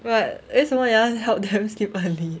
but 为什么你要 help them sleep early